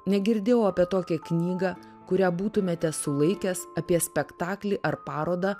negirdėjau apie tokią knygą kurią būtumėte sulaikęs apie spektaklį ar parodą